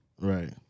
Right